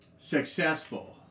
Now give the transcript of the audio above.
successful